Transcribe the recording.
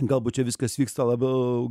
galbūt čia viskas vyksta labiau